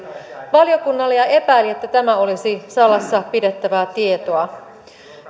valiokunnalle ja epäili että tämä olisi salassa pidettävää tietoa